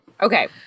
Okay